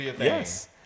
Yes